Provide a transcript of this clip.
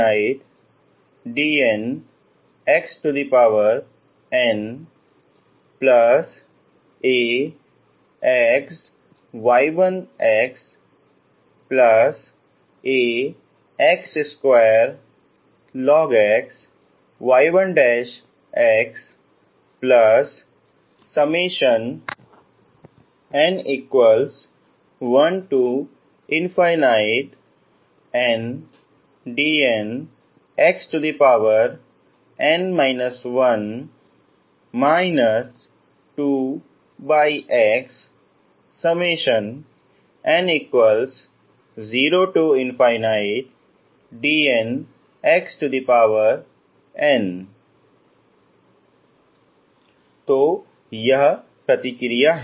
आप log x के गुणांक को आसानी से देख सकते हैं